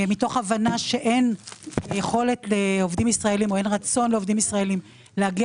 מתוך הבנה שאין רצון לעובדים ישראלים להגיע